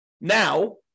now